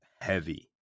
heavy